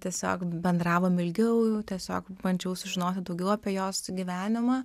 tiesiog bendravom ilgiau tiesiog bandžiau sužinoti daugiau apie jos gyvenimą